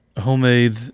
homemade